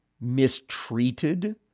mistreated